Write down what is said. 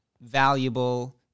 valuable